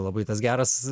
labai tas geras